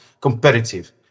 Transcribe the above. competitive